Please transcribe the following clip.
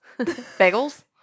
Bagels